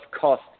cost